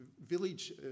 village